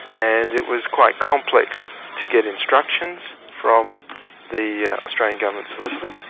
and it was quite complex to get instructions from the australian government solicitor,